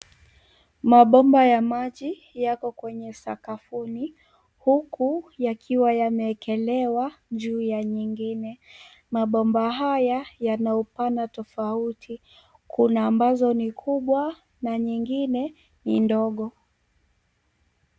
Mabomba ya maji yako kwenye sakafuni huku yakiwa yameekelewa juu ya nyingine. Mabomba haya yanaupana tofauti ;kuna ambazo ni kubwa na nyingine ni ndogo.